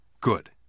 Good